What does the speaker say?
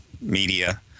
media